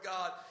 God